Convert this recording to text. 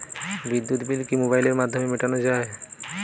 বিদ্যুৎ বিল কি মোবাইলের মাধ্যমে মেটানো য়ায়?